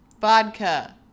Vodka